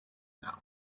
nouns